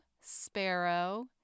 sparrow